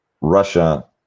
Russia